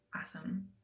awesome